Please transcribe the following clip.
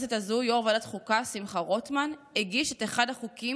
יש לציין שבכנסת הזו יו"ר ועדת החוקה שמחה רוטמן הגיש את אחד החוקים